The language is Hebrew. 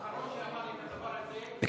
האחרון שאמר לי את הדבר הזה הופרש מהפוליטיקה, מה?